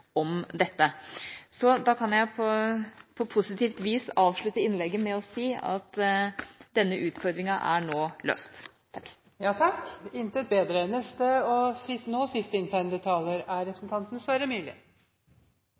om dette. Da kan jeg på positivt vis avslutte innlegget med å si at denne utfordringa nå er løst. Ja takk – intet bedre.